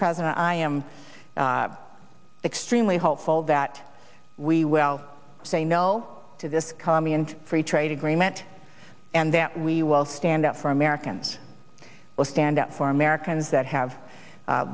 president i am extremely hopeful that we will say no to this commie and free trade agreement and that we will stand up for americans will stand up for americans that have